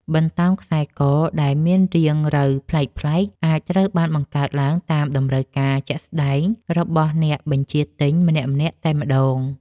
បន្តោងខ្សែកដែលមានរាងរៅប្លែកៗអាចត្រូវបានបង្កើតឡើងតាមតម្រូវការជាក់ស្តែងរបស់អ្នកបញ្ជាទិញម្នាក់ៗតែម្តង។